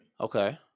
okay